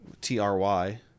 T-R-Y